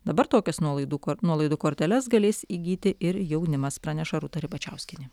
dabar tokias nuolaidų kor nuolaidų korteles galės įgyti ir jaunimas praneša rūta ribačiauskienė